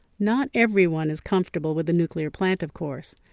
not everyone is comfortable with the nuclear plant, of course,